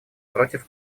против